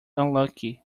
unlucky